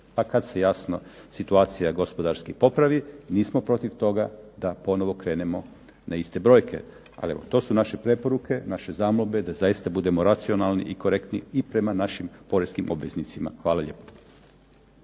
A kada se jasno situacija gospodarski malo popravi nismo protiv toga da ponovno krenemo na iste brojke. Ali evo, to su naše preporuke, to su naže zamolbe da zaista budemo racionalni i korektni prema našim poreskim obveznicima. Hvala lijepo.